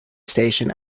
station